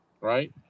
Right